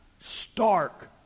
stark